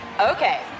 Okay